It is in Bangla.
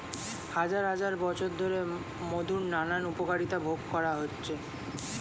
হাজার হাজার বছর ধরে মধুর নানান উপকারিতা ভোগ করা হচ্ছে